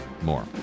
more